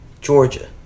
Georgia